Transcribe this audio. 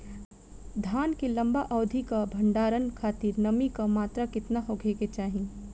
धान के लंबा अवधि क भंडारण खातिर नमी क मात्रा केतना होके के चाही?